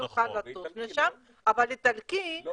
אני אוכל לטוס לשם אבל איטלקי לא